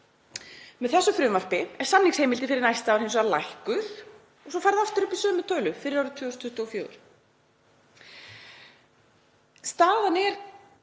Með þessu frumvarpi er samningsheimildin fyrir næsta ár hins vegar lækkuð og svo fer það aftur upp í sömu tölu fyrir árið 2024.